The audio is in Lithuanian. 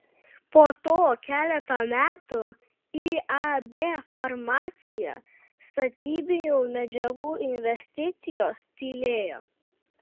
po to keletą metų iab farmacija statybinių medžiagų investicijos tylėjo